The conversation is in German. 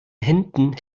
händen